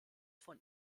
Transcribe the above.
von